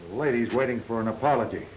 of these waiting for an apology